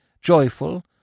joyful